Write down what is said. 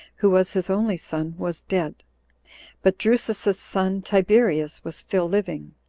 who was his only son, was dead but drusus's son tiberius was still living,